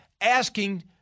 asking